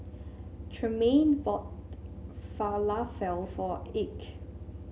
Tremaine bought Falafel for Ike